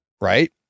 Right